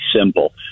simple